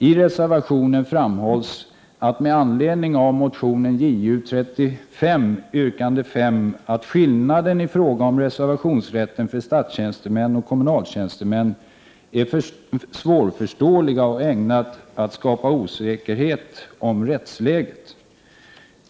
I reservationen framhålls med anledning av motion Ju35 yrkande 5 att skillnaden i fråga om reservationsrätten för statstjänstemän resp. kommunaltjänstemän är svårförståelig och ägnad att skapa osäkerhet om rättsläget.